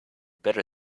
better